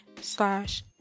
slash